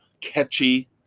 catchy